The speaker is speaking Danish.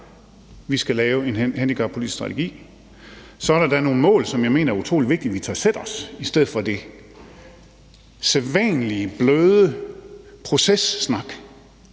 vi skal lave en handicappolitisk strategi, så er der da nogle mål, som jeg mener det er utrolig vigtigt at vi sætter os, i stedet for det sædvanlige bløde processnak,